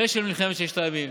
ושל מלחמת ששת הימים,